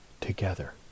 together